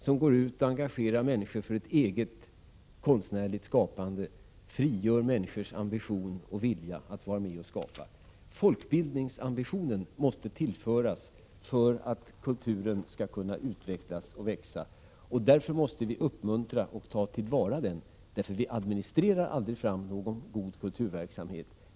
Hon går ut och engagerar människor för ett eget konstnärligt skapande, frigör människors ambition och vilja att vara med och skapa. Folkbildningsambitionen måste tillföras för att kulturen skall kunna utvecklas och växa. Därför måste vi uppmuntra den och ta den till vara. Vi administrerar aldrig fram någon god kulturverksamhet.